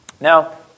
Now